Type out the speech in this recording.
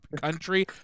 country